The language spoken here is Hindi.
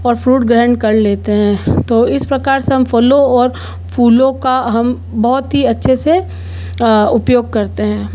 फ़्रूट ग्रहण कर लेते हैं तो इस प्रकार से हम फ़लों और फ़ूलों का हम बहुत ही अच्छे से उपयोग करते हैं